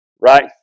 Right